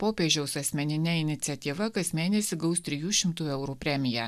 popiežiaus asmenine iniciatyva kas mėnesį gaus trijų šimtų eurų premiją